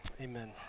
amen